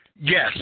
Yes